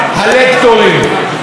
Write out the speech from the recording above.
אז אם כן, גם שם הצלחנו,